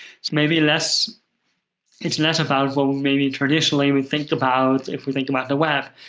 it's maybe less it's less about what maybe traditionally we think about, if we think about the web.